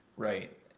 Right